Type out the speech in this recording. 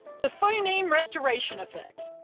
the phoneme restoration effect.